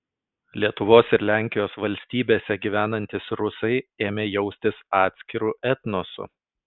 lietuvos ir lenkijos valstybėse gyvenantys rusai ėmė jaustis atskiru etnosu